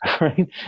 Right